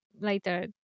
later